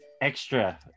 extra